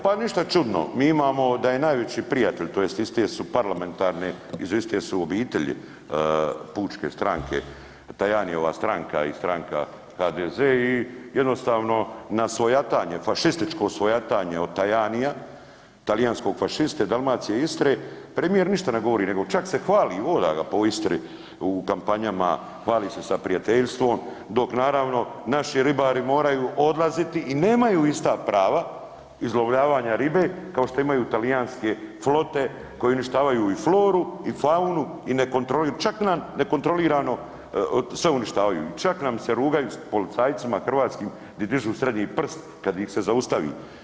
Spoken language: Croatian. Pa ništa čudno, mi imamo da je najveći prijatelj tj. iste su parlamentarne, iz iste su obitelji pučke stranke, Tajanijeva stranka i stranka HDZ i jednostavno na svojatanje, fašističko svojatanje od Tajanija talijanskog fašiste Dalmacije i Istre, premijer ništa ne govori, nego čak se hvali i voda ga po Istri u kampanjama, hvali se sa prijateljstvom dok naravno naši ribari moraju odlaziti i nemaju ista prava izlovljavanja ribe kao što imaju talijanske flote koje uništavaju i floru i faunu i ne, čak nam nekontrolirano sve uništavaju i čak nam se rugaju s policajcima hrvatskim gdje dižu srednji prst kad ih se zaustavi.